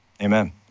Amen